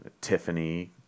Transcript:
Tiffany